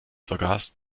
vergaß